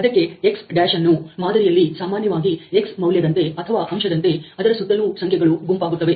ಅದಕ್ಕೆ ಎಕ್ಸ್ ಡ್ಯಾಶ್ನ್ನು ಮಾದರಿಯಲ್ಲಿ ಸಾಮಾನ್ಯವಾಗಿ X ಮೌಲ್ಯದಂತೆ ಅಥವಾ ಅಂಶದಂತೆ ಅದರ ಸುತ್ತಲೂ ಸಂಖ್ಯೆಗಳು ಗುಂಪಾಗುತ್ತವೆ